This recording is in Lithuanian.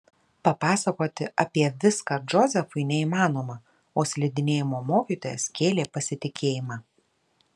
papasakoti apie viską džozefui neįmanoma o slidinėjimo mokytojas kėlė pasitikėjimą